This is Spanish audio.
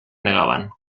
negaban